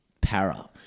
para